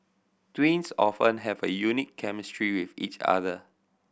twins often have a unique chemistry with each other